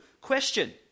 question